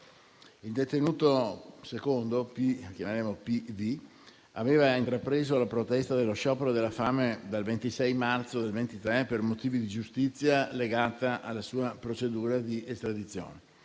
detenuto, che chiameremo P.D., aveva intrapreso la protesta dello sciopero della fame dal 26 marzo 2023, per motivi di giustizia legati alla sua procedura di estradizione.